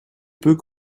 peu